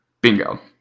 bingo